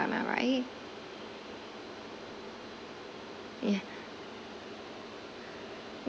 am I right yeah